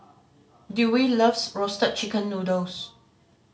Dewey loves roasted chicken noodles